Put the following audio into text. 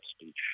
speech